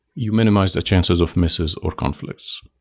you minimize the chances of misses, or conflict